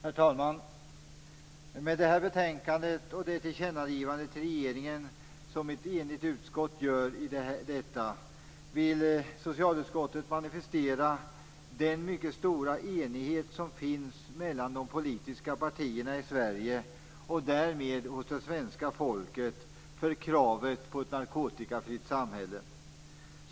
Herr talman! Med det här betänkandet, och med det tillkännagivande till regeringen som ett enigt utskott gör i detta, vill socialutskottet manifestera den mycket stora enighet som finns mellan de politiska partierna i Sverige, och därmed också hos det svenska folket, för kravet på ett narkotikafritt samhälle.